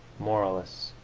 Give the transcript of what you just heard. moralists,